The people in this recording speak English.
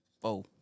four-